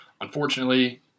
unfortunately